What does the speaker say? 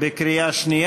7 ו-8?